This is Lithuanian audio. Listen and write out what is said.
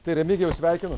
tai remigijau sveikinu